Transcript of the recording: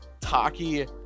taki